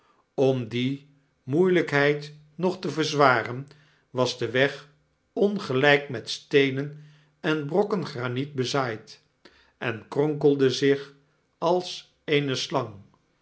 om die moeielykheid nog te verzwaren was de weg ongelyk met steenen en brokken graniet bezaaid en kronkelde zich als eene slang